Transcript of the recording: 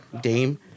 Dame